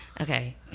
Okay